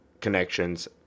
connections